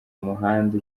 umuhanda